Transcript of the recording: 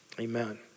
Amen